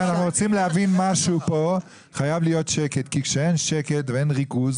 אם אנחנו רוצים להבין פה חייב להיות שקט כי כשאין שקט ואין ריכוז,